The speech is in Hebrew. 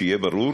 שיהיה ברור